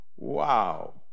Wow